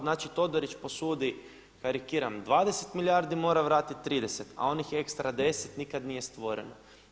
Znači Todorić posudi karikiram 20 milijardi, mora vratit 30, a onih ekstra 10 nikad nije stvoreno.